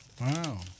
Wow